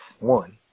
one